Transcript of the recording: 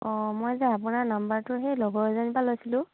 অঁ মই যে আপোনাৰ নাম্বাৰটোৰ সেই লগৰ এজনীৰপৰা লৈছিলোঁ